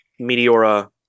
Meteora